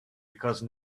because